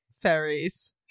fairies